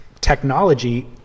technology